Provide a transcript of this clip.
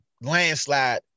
landslide